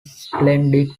splendid